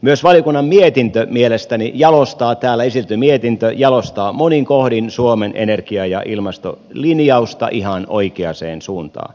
myös valiokunnan täällä esitelty mietintö mielestäni jalostaa monin kohdin suomen energia ja ilmastolinjausta ihan oikeaan suuntaan